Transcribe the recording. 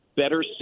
better